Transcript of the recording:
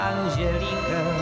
Angelica